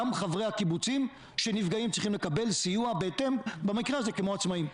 גם חברי הקיבוצים שנפגעים צריכים לקבל סיוע בהתאם במקרה הזה כמו עצמאים.